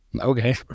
okay